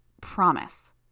Promise